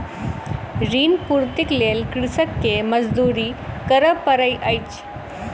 ऋण पूर्तीक लेल कृषक के मजदूरी करअ पड़ैत अछि